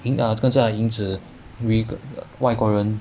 影跟在影子 with 外国人